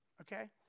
okay